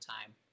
time